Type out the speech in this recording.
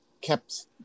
kept